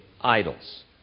idols